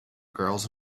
girls